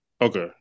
Okay